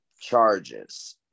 charges